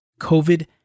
COVID